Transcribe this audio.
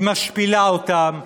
היא משפילה אותם,